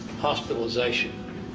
hospitalization